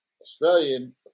Australian